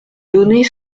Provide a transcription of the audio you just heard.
donner